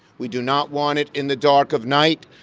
we do not want it in the dark of night.